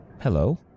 Hello